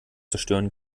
zerstören